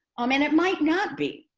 um and it might not be.